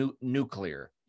nuclear